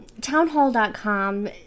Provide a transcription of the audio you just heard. Townhall.com